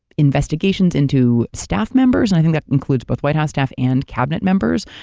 investigations into staff members and i think that includes both white house staff and cabinet members.